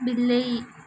ବିଲେଇ